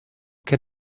can